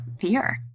fear